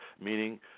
Meaning